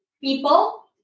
people